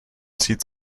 zieht